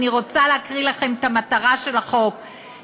אני רוצה להקריא לכם את המטרה של החוק,